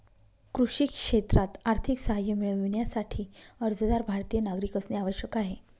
कृषी क्षेत्रात आर्थिक सहाय्य मिळविण्यासाठी, अर्जदार भारतीय नागरिक असणे आवश्यक आहे